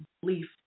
belief